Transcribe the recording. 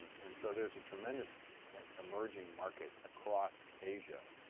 and so there's a tremendous emerging market across asia